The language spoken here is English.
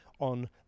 on